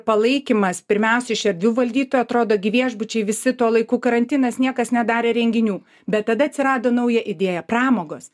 palaikymas pirmiausia iš erdvių valdytojų atrodo gi viešbučiai visi tuo laiku karantinas niekas nedarė renginių bet tada atsirado nauja idėja pramogos